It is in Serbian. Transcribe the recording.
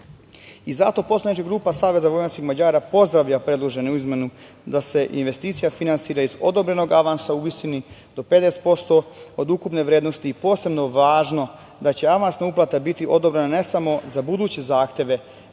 poslanička grupa SVM pozdravlja predložene izmene, da se investicija finansira iz odobrenog avansa u visini do 50% od ukupne vrednosti. Posebno važno da će avansna uplata biti odobrena ne samo za buduće zahteve